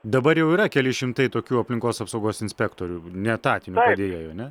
dabar jau yra keli šimtai tokių aplinkos apsaugos inspektorių neetatinių padėjėjų ane